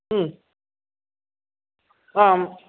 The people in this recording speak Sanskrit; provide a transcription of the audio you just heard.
आम्